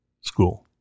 school